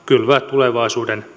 tulevaisuuden